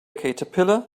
caterpillar